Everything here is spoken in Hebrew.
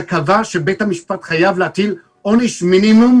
שקבע שבית המשפט חייב להטיל עונש מינימום